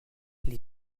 les